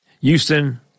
Houston